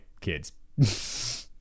kids